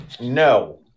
No